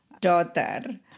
daughter